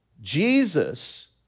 Jesus